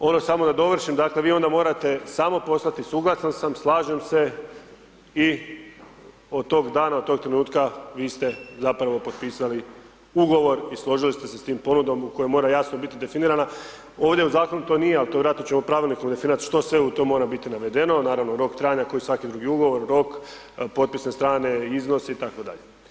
Ono samo da dovršim, dakle vi onda morate samo poslati suglasan sam, slažem se i od tog dana, od tog trenutka vi ste zapravo potpisali ugovor i složili ste se tom ponudom u kojoj mora jasno biti definirana, ovdje u zakonu to nije, ali to vjerojatno ćemo pravilnikom definirat što sve u tom mora biti navedeno, naravno, rok trajanja, kao i svaki drugi ugovor, rok potpisne strane, iznosi itd.